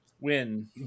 Win